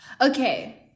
Okay